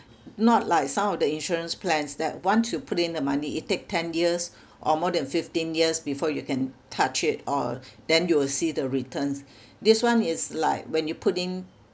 not like some of the insurance plans that once you put in the money it take ten years or more than fifteen years before you can touch it or then you will see the returns this one is like when you put in